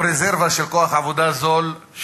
או רזרבה של כוח עבודה זול,